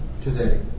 today